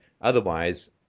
Otherwise